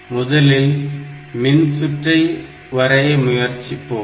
முதலில் மின்சுற்றை வரைய முயற்சிப்போம்